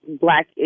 Black